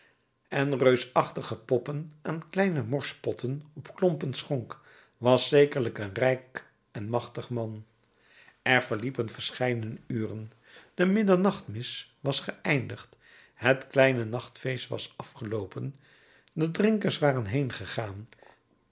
en reusachtige poppen aan kleine morspotten op klompen schonk was zekerlijk een rijk en machtig man er verliepen verscheidene uren de middernachtmis was geëindigd het kleine nachtfeest was afgeloopen de drinkers waren